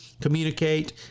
communicate